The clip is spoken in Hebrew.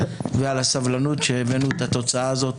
ועל הסבלנות כשהבאנו את התוצאה הזאת,